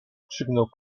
krzyknął